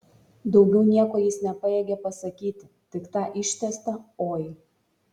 daugiau nieko jis nepajėgė pasakyti tik tą ištęstą oi